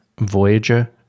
Voyager